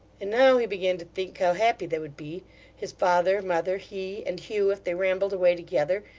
and now he began to think how happy they would be his father, mother, he, and hugh if they rambled away together,